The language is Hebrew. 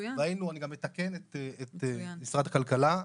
אני גם מתקן את משרד הכלכלה: